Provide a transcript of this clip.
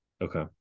Okay